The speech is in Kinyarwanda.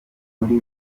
muri